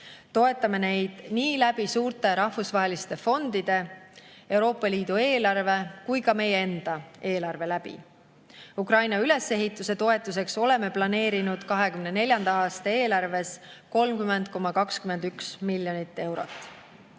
Toetame neid nii läbi suurte rahvusvaheliste fondide, Euroopa Liidu eelarve kui ka meie enda eelarve. Ukraina ülesehituse toetuseks oleme planeerinud 2024. aasta eelarves 30,21 miljonit eurot.